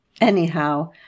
Anyhow